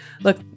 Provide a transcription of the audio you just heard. look